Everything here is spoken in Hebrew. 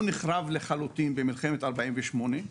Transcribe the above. הוא נחרב לחלוטין במלחמת 1948,